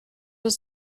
was